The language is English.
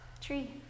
Tree